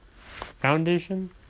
foundation